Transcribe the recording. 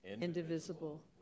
indivisible